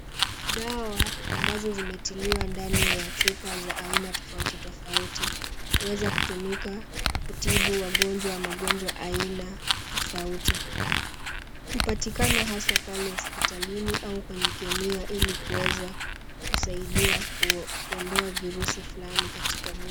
Dawa ambazo zimetiliwa ndani ya chupa za aina tofauti tofauti huweza kutumika kutibu wagonjwa wa magonjwa aina tofauti. Hupatikana haswa pale hospitalini au kwenye kemia ili kuweza kusaidia kuondoa vizusi fulani katika mwili.